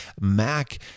Mac